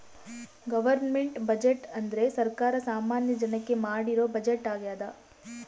government budget ಅಂದ್ರೆ ಸರ್ಕಾರ ಸಾಮಾನ್ಯ ಜನಕ್ಕೆ ಮಾಡಿರೋ ಬಜೆಟ್ ಆಗ್ಯದ